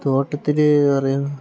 തോട്ടത്തില് എന്ന് പറഞ്ഞാൽ